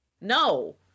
No